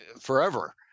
forever